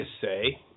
say